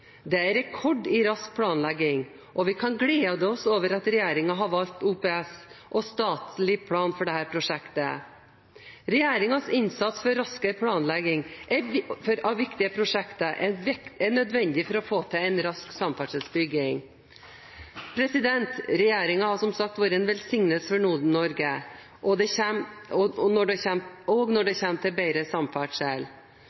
Det er rekord i rask planlegging, og vi kan glede oss over at regjeringen har valgt OPS og statlig plan for dette prosjektet. Regjeringens innsats for raskere planlegging av viktige prosjekter er nødvendig for å få til en rask samferdselsutbygging. Regjeringen har som sagt vært en velsignelse for Nord-Norge, også når det kommer til bedre samferdsel. Nå må den gode driven få fortsette, og det er det